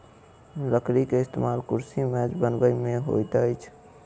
लकड़ी के इस्तेमाल कुर्सी मेज बनबै में होइत अछि